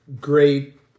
great